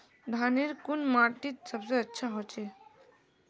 धानेर कुन माटित सबसे अच्छा होचे?